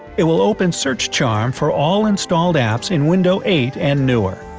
it will open search charm for all installed apps in windows eight and newer.